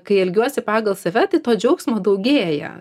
kai elgiuosi pagal save tai to džiaugsmo daugėja